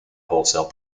wholesale